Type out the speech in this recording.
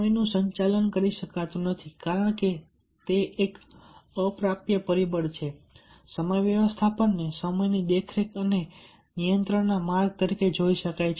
સમયનું સંચાલન કરી શકાતું નથી કારણ કે તે એક અપ્રાપ્ય પરિબળ છે સમય વ્યવસ્થાપનને સમયની દેખરેખ અને નિયંત્રણના માર્ગ તરીકે જોઈ શકાય છે